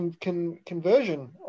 conversion